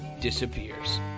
disappears